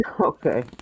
Okay